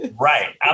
Right